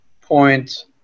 point